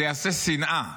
זה יעשה שנאה.